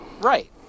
Right